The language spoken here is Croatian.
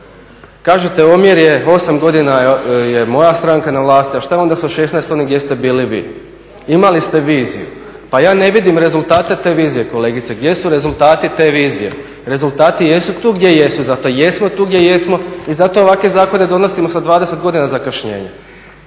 Kažete omjer je 8 godina je moja stranka na vlasti, a što je onda sa 16 onih gdje ste bili vi? Imali ste viziju, pa ja ne vidim rezultate te vizije kolegice. Gdje su rezultati te vizije? Rezultati jesu tu gdje jesu, zato i jesmo tu gdje jesmo i zato ovakve zakone donosimo sa 20 godina zakašnjenja.